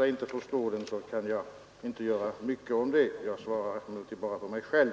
inte förstår den kan jag inte göra mycket åt det. Jag kan bara svara för mig själv.